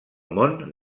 món